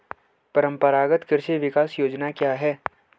परंपरागत कृषि विकास योजना क्या है?